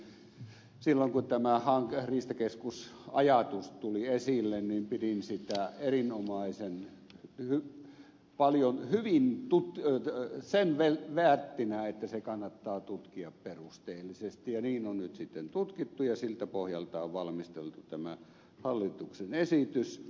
ensinnäkin silloin kun tämä riistakeskus ajatus tuli esille pidin sitä erinomaisen paljon sen väärttinä että se kannattaa tutkia perusteellisesti ja niin on nyt sitten tutkittu ja siltä pohjalta on valmisteltu tämä hallituksen esitys